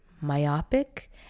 myopic